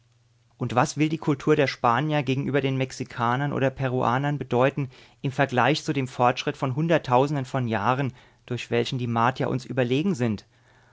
und was will die kultur der spanier gegenüber den mexikanern oder peruanern bedeuten im vergleich zu dem fortschritt von hunderttausenden von jahren durch welchen die martier uns überlegen sind